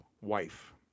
wife